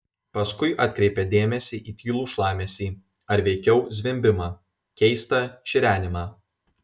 paskui atkreipė dėmesį į tylų šlamesį ar veikiau zvimbimą keistą čirenimą